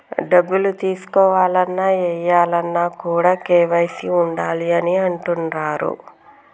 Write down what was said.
డబ్బులు తీసుకోవాలన్న, ఏయాలన్న కూడా కేవైసీ ఉండాలి అని అంటుంటరు